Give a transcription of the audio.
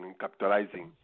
capitalizing